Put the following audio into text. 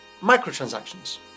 microtransactions